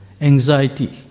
anxiety